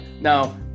Now